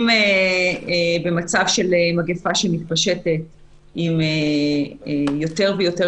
היינו שמחים לשמוע ממשרד המשפטים מה מקור ההסמכה שהם רואים